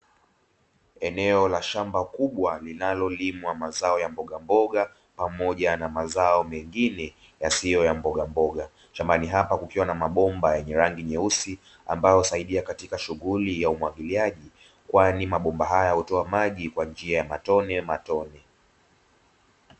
Eneo la shamba kubwa linalolimwa mazao ya mbogamboga pamoja na mazao mengine ya aina hiyo ya mbogamboga, shambani hapo kukiwa na mabomba yenye rangi nyeusi; ambayo husaidia katika shughuli ya umwagiliaji kwani mabomba hayo hutoa maji kwa njia ya matonematone.